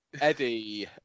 eddie